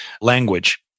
language